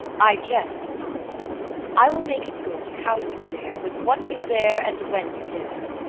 i jest not i will make it good how you dare, with what you dare, and when you dare.